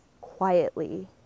quietly